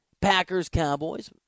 Packers-Cowboys